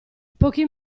pochi